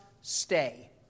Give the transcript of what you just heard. stay